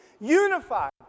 unified